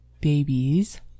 babies